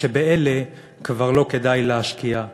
שבאלה כבר לא כדאי להשקיע,